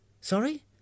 Sorry